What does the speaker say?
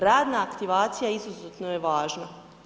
Radna aktivacija izuzetno je važna.